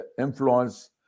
influence